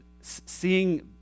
seeing